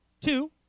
Two